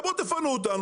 אולי בואו תפנו אותנו,